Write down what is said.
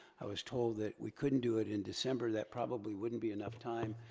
i was told that we couldn't do it in december, that probably wouldn't be enough time.